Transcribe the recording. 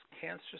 cancer